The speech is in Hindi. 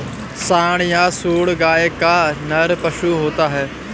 सांड या साँड़ गाय का नर पशु होता है